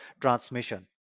transmission